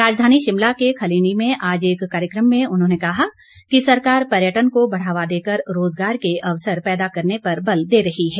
राजधानी शिमला के खलीणी में आज एक कार्यक्रम में उन्होंने कहा कि सरकार पर्यटन को बढ़ावा देकर रोज़गार के अवसर पैदा करने पर बल दे रही है